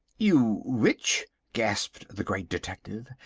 you which? gasped the great detective,